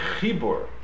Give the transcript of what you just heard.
Chibur